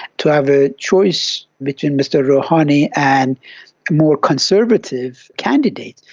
to have a choice between mr rouhani and more conservative candidates,